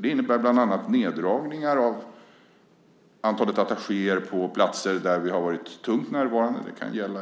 Det innebär bland annat neddragningar av antalet attachéer på platser där vi varit tungt närvarande - det kan gälla